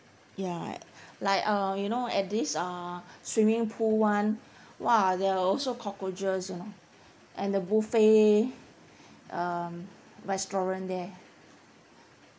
ya like uh you know at this uh swimming pool [one] !wah! there are also cockroaches you know and the buffet um restaurant there